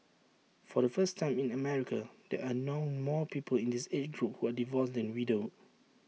for the first time in America there are now more people in this age group who are divorced than widowed